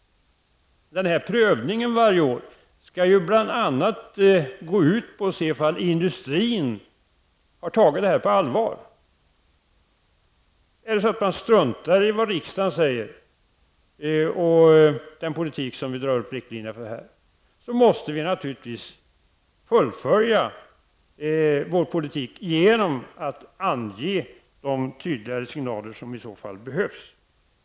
Den här prövningen varje år skall ju bl.a. gå ut på att se om industrin har tagit det här på allvar. Om man struntar i vad riksdagen säger och den politik som vi här drar upp riktlinjer för, måste vi naturligtvis fullfölja vår politik genom att ge de tydligare signaler som i så fall behövs.